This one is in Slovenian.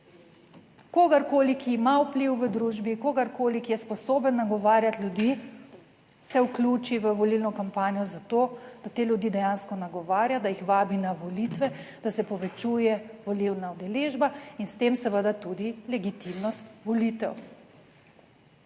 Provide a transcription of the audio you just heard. kogarkoli, ki ima vpliv v družbi, kogarkoli, ki je sposoben nagovarjati ljudi, se vključi v volilno kampanjo za to, da te ljudi dejansko nagovarja, da jih vabi na volitve, da se povečuje volilna udeležba in s tem seveda tudi legitimnost volitev.